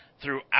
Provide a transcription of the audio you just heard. throughout